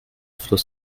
fluss